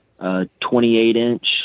28-inch